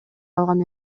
алган